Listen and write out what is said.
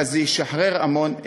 אבל זה ישחרר המון לחץ.